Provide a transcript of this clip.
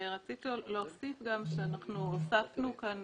הוספנו כאן